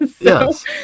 yes